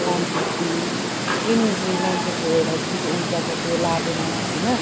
मान्छे free energy मान्छेको एउटा जुन चाहिँ उर्जा छ त्यो लागेन होइन